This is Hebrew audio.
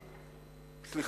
לא צ'ופר.